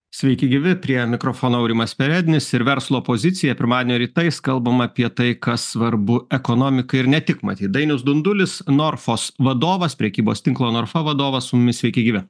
sveiki gyvi prie mikrofono aurimas perednis ir verslo pozicija pirmadienio rytais kalbam apie tai kas svarbu ekonomikai ir ne tik matyt dainius dundulis norfos vadovas prekybos tinklo norfa vadovas su mumis sveiki gyvi